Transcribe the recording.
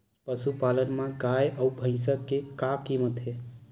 पशुपालन मा गाय अउ भंइसा के का कीमत हे?